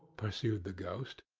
pursued the ghost,